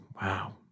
Wow